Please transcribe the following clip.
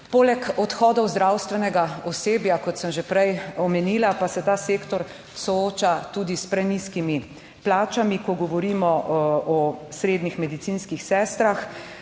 Poleg odhodov zdravstvenega osebja, kot sem že prej omenila, pa se ta sektor sooča tudi s prenizkimi plačami, ko govorimo o srednjih medicinskih sestrah.